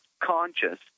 conscious